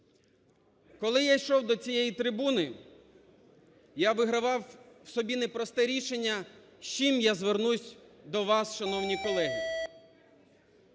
Коли я йшов до цієї трибуни, я вигравав в собі непросте рішення з чим я звернусь до вас, шановні колеги.